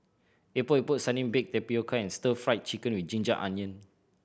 Epok Epok Sardin baked tapioca and Stir Fried Chicken with ginger onion